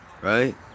Right